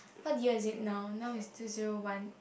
what year is it now now is two zero one